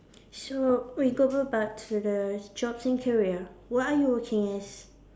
so we go about to the jobs and career what are you working as